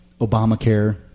Obamacare